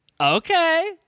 Okay